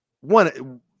one